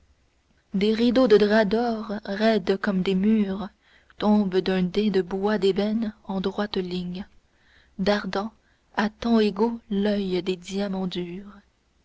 des rideaux de drap d'or roides comme des murs tombent d'un dais de bois d'ébène en droite ligne dardant à temps égaux l'oeil des diamants durs